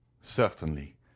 Certainly